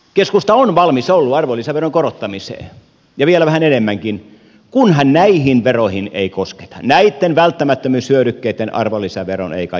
keskusta on ollut valmis arvonlisäveron korottamiseen ja vielä vähän enemmänkin kunhan näihin veroihin ei kosketa näitten välttämättömyyshyödykkeitten arvonlisäveroon ei kajota